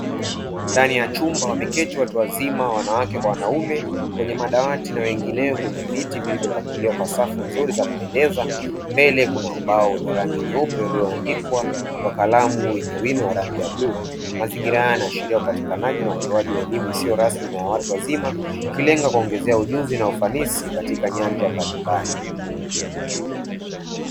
Ndani ya chumba wameketi watu wazima wanawake kwa wanaume, kwenye madawati na wengine kwenye viti vilivyopangiliwa kwa safu nzuri za kupendeza mbele kuna ubao wenye rangi nyeupe uliondikwa na kalamu yenye wino wa rangi ya bluu. Mazingira haya yanaashiria upatikanaji na utolewaji wa elimu isiyo rasmi na ya watu wazima ikilenga kuongeza ujuzi na ufanisi katika nyanja mbalimbali.